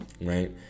Right